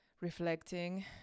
reflecting